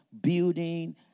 Building